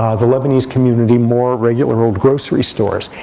ah the lebanese community more regular old grocery stores.